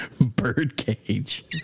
Birdcage